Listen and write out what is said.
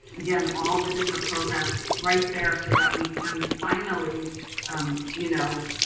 again, all the different programs right there so that we can finally um you know